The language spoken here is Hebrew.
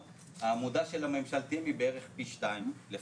העמודה של ממשלתיים היא בערך פי שניים לפחות.